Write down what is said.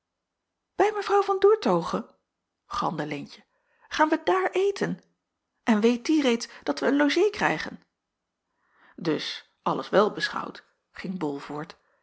bij mevrouw van doertoghe galmde leentje gaan wij daar eten en weet die reeds dat wij een logée krijgen dus alles wel beschouwd ging bol voort